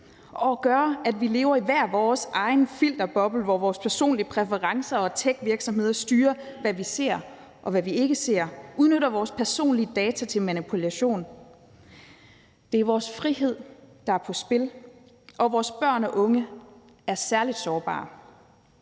og gøre, at vi lever i hver vores egen filterboble, hvor vores personlige præferencer og techvirksomheder styrer, hvad vi ser, og hvad vi ikke ser, og udnytter vores personlige data til manipulation. Det er vores frihed, der er på spil, og vores børn og unge er særlig sårbare.